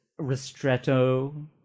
ristretto